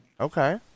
Okay